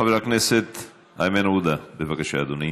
חבר הכנסת איימן עודה, בבקשה, אדוני.